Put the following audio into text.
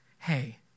Hey